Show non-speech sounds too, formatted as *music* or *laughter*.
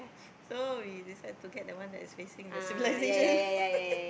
so we decide to get the one that is facing the civilisation *laughs*